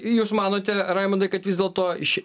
jūs manote raimondai kad vis dėlto ši